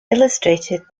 illustrated